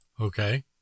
Okay